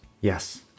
Yes